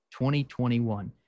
2021